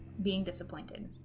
being disappointed